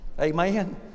Amen